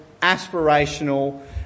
aspirational